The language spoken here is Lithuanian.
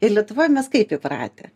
ir lietuvoj mes kaip įpratę